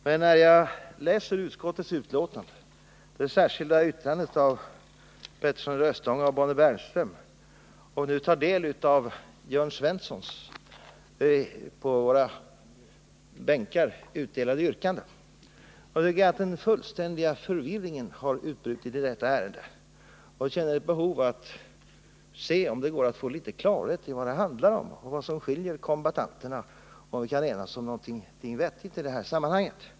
Men efter att ha läst utskottets betänkande och det särskilda yttrandet av Hans Petersson i Röstånga och Bonnie Bernström samt ha tagit del av Jörn Svenssons på våra bänkar utdelade yrkande, tycker jag att den fullständiga förvirringen har utbrutit. Jag känner ett behov av att se om det går att få litet klarhet i vad det handlar om, vad som skiljer kombattanterna åt och om vi kan enas om någonting vettigt i sammanhanget.